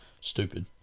Stupid